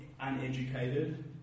uneducated